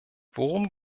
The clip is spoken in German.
worum